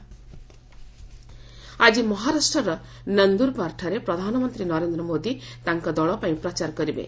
Maharashtra PM rally ଆକି ମହାରାଷ୍ଟ୍ରର ନନ୍ଦୁରବାରଠାରେ ପ୍ରଧାନମନ୍ତ୍ରୀ ନରେନ୍ଦ୍ର ମୋଦି ତାଙ୍କ ଦଳ ପାଇଁ ପ୍ରଚାର କରିବେ